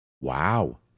Wow